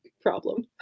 problem